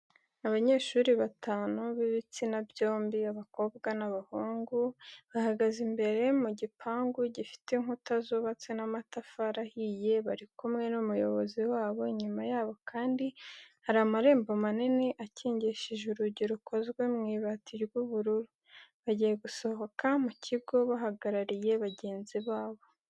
Abanyeshuri batanu b'ibitsina byombi, abahungu n'abakobwa, bahagaze imbere mu gipangu gifite inkuta zubatse n'amatafari ahiye, bari kumwe n'umuyobozi wabo, inyuma yabo kandi hari amarembo manini akingishije urugi rukozwe mu ibati ry'ubururu. Bagiye gusohoka mu kigo bahagarariye bagenzi babo.